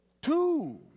Two